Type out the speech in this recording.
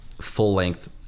full-length